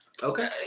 Okay